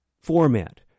format